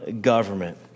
government